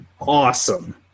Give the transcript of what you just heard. awesome